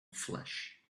flesh